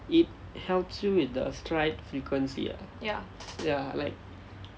it helps you with the stride frequency lah ya like